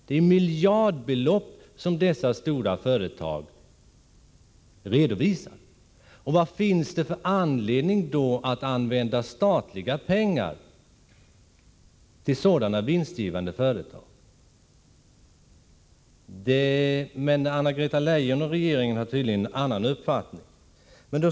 Det är miljardbelopp som dessa stora företag redovisar i vinst. Vad finns det för anledning att anvisa statliga pengar till sådana vinstgivande företag? Anna-Greta Leijon och regeringen har här tydligen en annan uppfattning än jag.